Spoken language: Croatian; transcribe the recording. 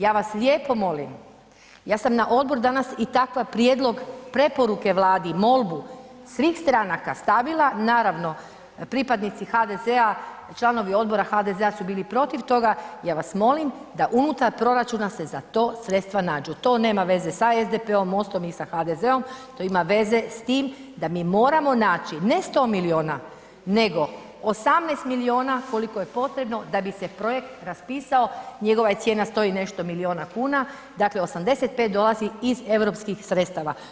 Ja vas lijepo molim, ja sam na odboru danas i takav prijedlog preporuke Vladi, molbu svih stranaka stavila, naravno, pripadnici HVZ-a, članovi odbora HVZ-a su bili protiv toga, ja vas molim da unutar proračuna se za to sredstva, to nema veze sa SDP-om, MOST-om ili HDZ-om, to ima veze s tim da mi moramo naći ne 100 milijuna nego 18 milijuna koliko je potrebno da bi se projekt raspisao, njegova je cijena 100 i nešto milijuna kuna, dakle 85 dolazi iz europskih sredstava.